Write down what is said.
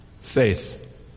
Faith